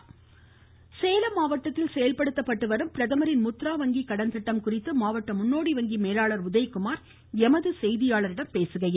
Salem voice Salem மாவட்டத்தில் செயல்படுத்தப்பட்டு வரும் பிரதமரின் முத்ரா வங்கி கடன் திட்டம் குறித்து மாவட்ட மேலாளர் உதயகுமார் எமது செய்தியாளரிடம் பேசுகையில்